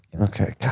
Okay